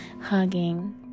hugging